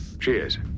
Cheers